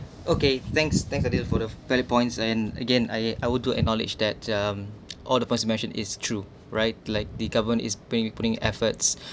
okay thanks thanks ah deal for the valid points and again I I would do acknowledged that um all of us mention is true right like the government is being putting efforts